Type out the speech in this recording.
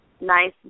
nice